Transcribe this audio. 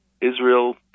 Israel